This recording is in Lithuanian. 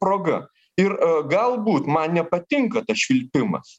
proga ir galbūt man nepatinka tas švilpimas